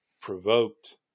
provoked